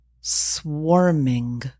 swarming